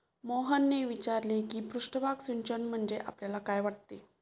मोहनने विचारले की पृष्ठभाग सिंचन म्हणजे आपल्याला काय वाटते?